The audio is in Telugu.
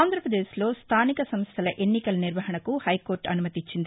ఆంధ్రప్రదేశ్లో స్టానిక సంస్థల ఎన్నికల నిర్వహణకు హైకోర్టు అనుమతిచ్చింది